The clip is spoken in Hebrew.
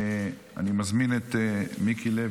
אני מזמין את חבר הכנסת מיקי לוי,